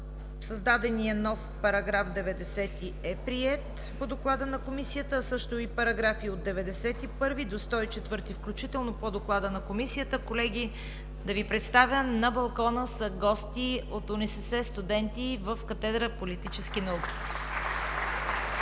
създаденият нов § 90 е приет по доклада на Комисията, а също и параграфи от 91 до 104 включително по доклада на Комисията. Колеги, да Ви представя: на балкона са гости от УНСС. Студенти в Катедра „Политически науки“.